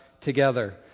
together